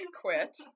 quit